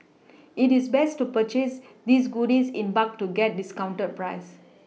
it is best to purchase these goodies in bulk to get discounted prices